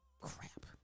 Crap